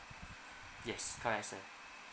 yes correct sir